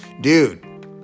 Dude